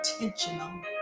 intentional